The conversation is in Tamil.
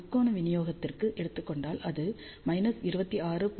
நாம் முக்கோண விநியோகத்தை எடுத்துக் கொண்டால் அது 26